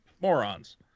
morons